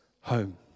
home